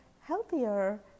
healthier